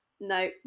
no